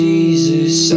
Jesus